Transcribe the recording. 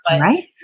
Right